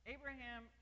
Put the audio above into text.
Abraham